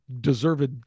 deserved